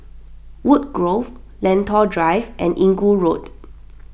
Woodgrove Lentor Drive and Inggu Road